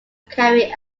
career